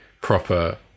proper